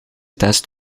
test